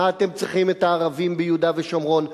מה אתם צריכים את הערבים ביהודה ושומרון?